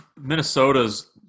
minnesota's